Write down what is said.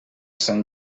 sant